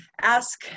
ask